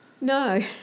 No